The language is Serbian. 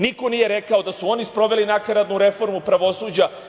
Niko nije rekao da su oni sproveli nakaradnu reformu pravosuđa.